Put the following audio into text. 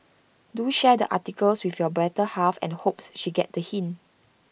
do share the article with your better half and hopes she get the hint